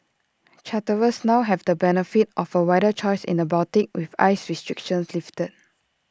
charterers now have the benefit of A wider choice in the Baltic with ice restrictions lifted